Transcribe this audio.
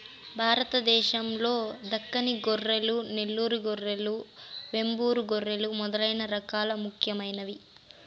భారతదేశం లో దక్కని గొర్రెలు, నెల్లూరు గొర్రెలు, వెంబూరు గొర్రెలు మొదలైన రకాలు ముఖ్యమైనవి